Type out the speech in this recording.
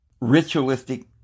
ritualistic